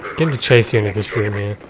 him to chase you into this room here.